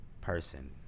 person